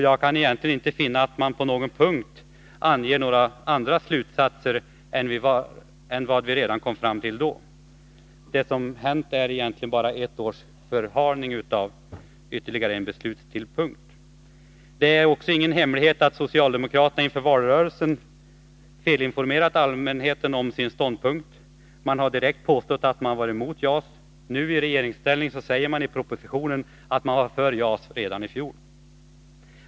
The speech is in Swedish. Jag kan inte finna att man egentligen på någon punkt anger några andra slutsatser än vad vi redan då kom fram till. Det som hänt är bara ett års förhalning och ytterligare en beslutstidpunkt. Det är inte heller någon hemlighet att socialdemokraterna inför valrörelsen har felinformerat allmänheten om sin ståndpunkt. Man har direkt påstått att man var emot JAS. Nu — i regeringsställning — säger man i propositionen att man var för JAS redan i fjol.